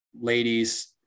ladies